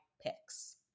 picks